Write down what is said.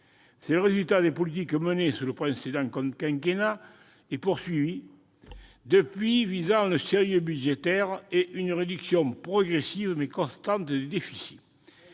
C'est le résultat des politiques menées sous le précédent quinquennat et poursuivies depuis, visant le sérieux budgétaire et une réduction progressive mais constante des déficits.